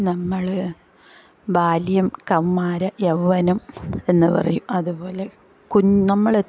നമ്മള് ബാല്യം കൗമാരം യൗവനം എന്ന് പറയും അതുപോലെ കുഞ്ഞ് നമ്മൾ എപ്പം